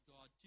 God